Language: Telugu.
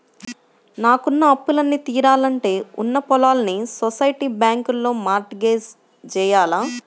నాకున్న అప్పులన్నీ తీరాలంటే ఉన్న పొలాల్ని సొసైటీ బ్యాంకులో మార్ట్ గేజ్ జెయ్యాల